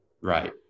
Right